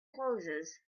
closes